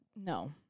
No